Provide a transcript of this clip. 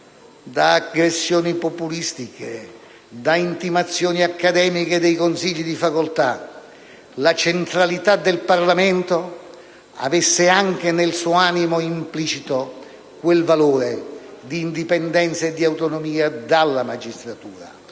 da aggressioni populistiche, da intimazioni accademiche dei consigli di facoltà la centralità del Parlamento, avesse avuto anche nel suo animo implicito quel valore di indipendenza e di autonomia dalla magistratura